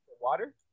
Water